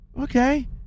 Okay